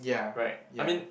right I mean